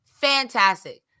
Fantastic